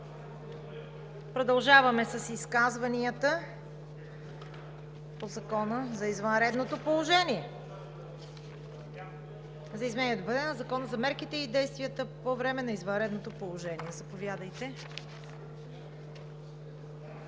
продължаваме с изказванията по Закона за изменение и допълнение на Закона за мерките и действията по време на извънредното положение. Заповядайте.